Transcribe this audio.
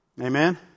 Amen